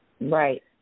Right